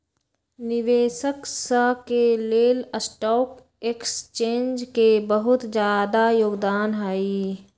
निवेशक स के लेल स्टॉक एक्सचेन्ज के बहुत जादा योगदान हई